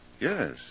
Yes